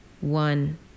one